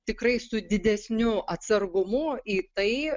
tikrai su didesniu atsargumu į tai